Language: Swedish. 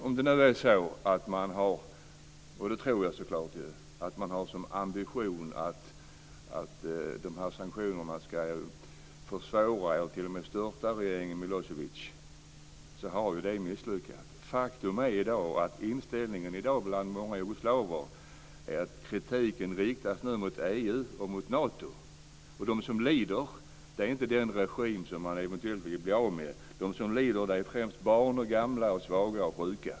Om man har som ambition - och det tror jag så klart att man har - att sanktionerna ska försvåra det för eller t.o.m. störta regeringen Milosevic så har det misslyckats. Faktum är att många jugoslaver i dag riktar kritiken mot EU och Nato. De som lider är inte den regim som man eventuellt vill bli av med. De som lider är främst barn, gamla, svaga och sjuka.